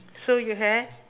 so you had